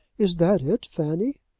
is that it, fanny?